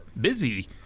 Busy